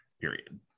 period